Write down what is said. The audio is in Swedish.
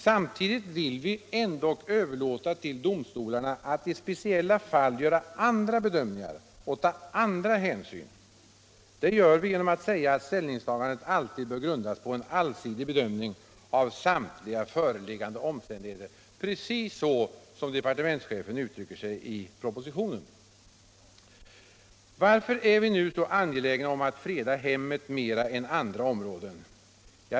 Samtidigt vill vi ändock överlåta till domstolarna att i speciella fall göra andra bedömningar och ta andra hänsyn. Det gör vi genom att säga att ställningstagandet alltid bör grundas på en allsidig bedömning av samtliga föreliggande omständigheter. Det är precis så som departementschefen uttrycker sig i propositionen. Varför är vi nu så angelägna om att freda hemmet mera än andra områden?